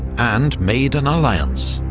and made an alliance.